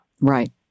Right